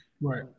Right